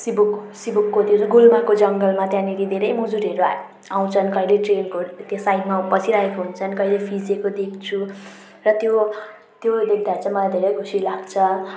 सेभोक सेभोकको त्यो गुलमाको जङ्गलमा त्यहाँनिर धेरै मुजुरहरू आ आउँछन् कहिले ट्रेनको त्यो साइडमा बसिरहेको हुन्छन् कहिले फिँजिएको देख्छु र त्यो त्यो देख्दा चाहिँ मलाई धेरै खुसी लाग्छ